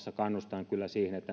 tapauksessa kannustan kyllä siihen että